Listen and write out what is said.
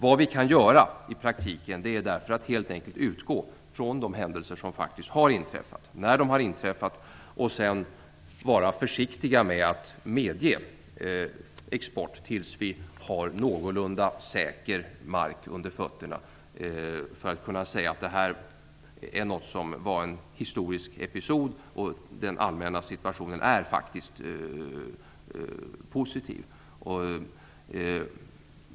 Vad vi i praktiken kan göra är helt enkelt att utgå från de händelser som faktiskt har inträffat, när de har inträffat och sedan vara försiktiga med att medge export tills vi har någorlunda säker mark under fötterna för att kunna säga att detta var något som var en historisk episod och att den allmänna situationen är positiv.